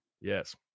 Yes